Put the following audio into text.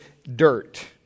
Dirt